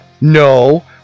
No